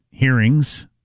hearings